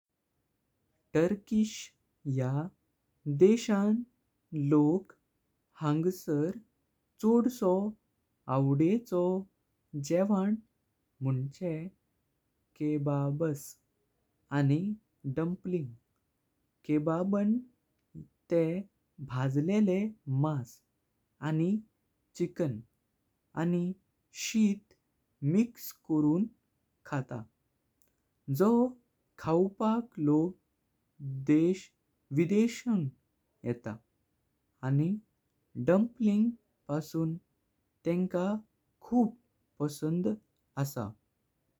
टरकीचे या देशाचे लोक हंसर छोडसो आवडचो जेवन म्हूणजे केबाब्स। आणि दपलिंग. केबाबां तें भजलेले मास आणि चिकन आणि शिठ मिक्स करून खातात। जो खावपाक लोक देशाक विदेशून येता आणि दपलिंगां पासून तेंका खूप पसंद आसा।